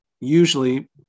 usually